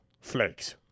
flakes